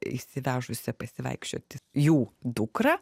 išsivežusią pasivaikščioti jų dukrą